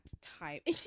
type